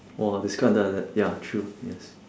!wah! describe until like that ya true yes